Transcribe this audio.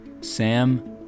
Sam